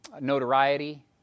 notoriety